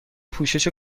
پوشش